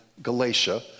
Galatia